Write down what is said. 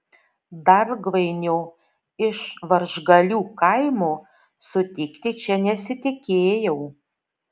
dargvainio iš varžgalių kaimo sutikti čia nesitikėjau